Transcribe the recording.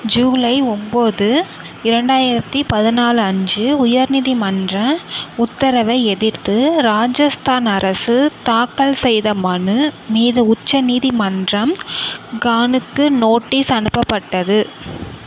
ஜூலை ஒம்பது இரண்டாயிரத்தி பதினாலு அன்று உயர் நீதிமன்ற உத்தரவை எதிர்த்து ராஜஸ்தான் அரசு தாக்கல் செய்த மனு மீது உச்சநீதிமன்றம் கானுக்கு நோட்டீஸ் அனுப்பப்பட்டது